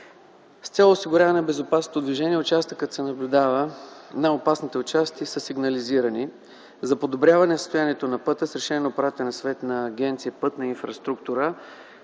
С цел осигуряване на безопасно движение участъкът се наблюдава и най-опасните участъци са сигнализирани. За подобряване състоянието на пътя с решение на Управителния съвет на Агенция „Пътна инфраструктура”